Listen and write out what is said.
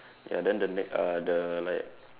ya then the ne~ uh the like